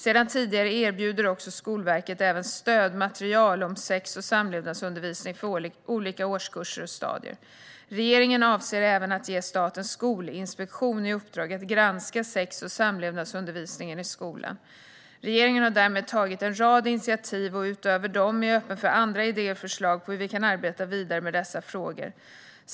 Sedan tidigare erbjuder Skolverket stödmaterial om sex och samlevnadsundervisning för olika årskurser och stadier. Regeringen avser även att ge Statens skolinspektion i uppdrag att granska sex och samlevnadsundervisningen i skolan. Regeringen har därmed tagit en rad initiativ, och utöver dem är jag öppen för andra idéer och förslag på hur vi kan arbeta vidare med dessa frågor.